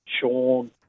Sean